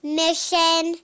mission